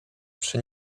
przy